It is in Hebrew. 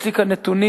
יש לי כאן נתונים.